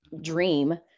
dream